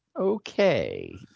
Okay